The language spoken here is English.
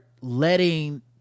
letting